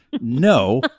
No